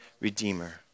redeemer